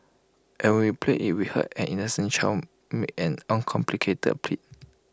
and when we played IT we heard an innocent child make an uncomplicated plea